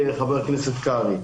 על ידי חבר הכנסת קרעי.